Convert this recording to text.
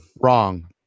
Wrong